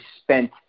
spent